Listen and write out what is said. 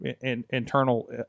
internal